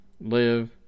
Live